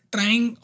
trying